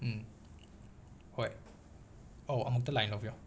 ꯎꯝ ꯍꯣꯏ ꯑꯧ ꯑꯃꯨꯛꯇ ꯂꯥꯏꯟ ꯂꯧꯕꯤꯌꯣ